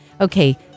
Okay